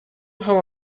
how